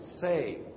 say